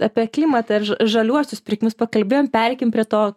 apie klimatą ir ža žaliuosius pirkimus pakalbėjom pereikim prie to